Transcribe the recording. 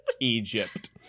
Egypt